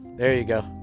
there you go.